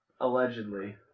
allegedly